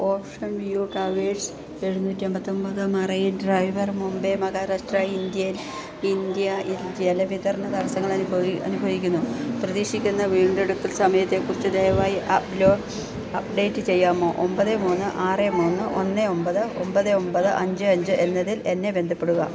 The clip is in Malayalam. ഓഷ്യൻ വ്യൂ ടവേഴ്സ് എഴുന്നൂറ്റിയെൺപ്പത്തിയൊമ്പത് മറൈൻ ഡ്രൈവ് മുംബൈ മഹാരാഷ്ട്ര ഇന്ത്യയില് ജലവിതരണ തടസ്സങ്ങൾ അനുഭവിക്കുന്നു പ്രതീക്ഷിക്കുന്ന വീണ്ടെടുക്കൽ സമയത്തെക്കുറിച്ച് ദയവായി അപ്ഡേറ്റ് ചെയ്യാമോ ഒമ്പത് മൂന്ന് ആറ് മൂന്ന് ഒന്ന് ഒമ്പത് ഒമ്പത് ഒമ്പത് അഞ്ച് അഞ്ച് എന്നതിൽ എന്നെ ബന്ധപ്പെടുക